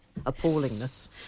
appallingness